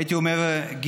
הייתי אומר גזעניים,